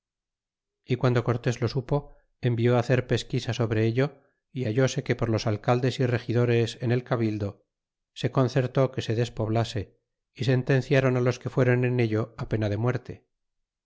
y quando cortés lo supo envió hacer pesquisa sobre ello y hallóse que por los alcaldes y regidores en el cabildo se concertó que se despoblase y sentenciron los que fuéron en ello á pena de muerte